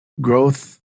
growth